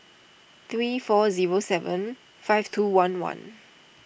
three four zero seven five two one one